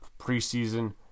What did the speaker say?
preseason